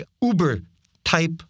Uber-type